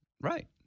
right